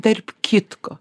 tarp kitko